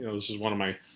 this is one my